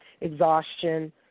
exhaustion